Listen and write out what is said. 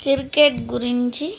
cricket గురించి